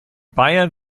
bayern